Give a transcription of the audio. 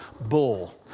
Bull